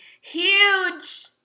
huge